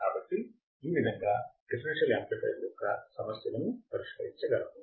కాబట్టి ఈ విధము గా డిఫరెన్షియల్ యాంప్లిఫైయర్ యొక్క సమస్యలను పరిష్కరించగలము